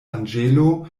anĝelo